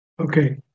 okay